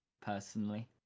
personally